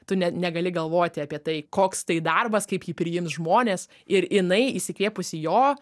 tu ne negali galvoti apie tai koks tai darbas kaip jį priims žmonės ir jinai įsikvėpusi jo